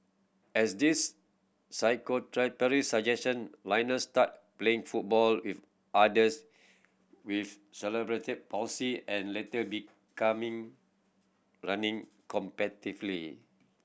as this physiotherapist suggestion Lionel started playing football with others with celebrity palsy and later becoming running competitively